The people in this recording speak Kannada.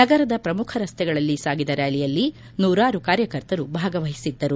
ನಗರದ ಪ್ರಮುಖ ರಸ್ತೆಗಳಲ್ಲಿ ಸಾಗಿದ ರ್ಖಾಲಿಯಲ್ಲಿ ನೂರಾರು ಕಾರ್ಯಕರ್ತರು ಭಾಗವಹಿಸಿದ್ದರು